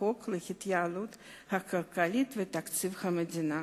החוק להתייעלות הכלכלית ואת הצעת חוק תקציב המדינה.